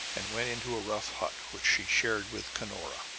and went into a rough hut, which she shared with cunora.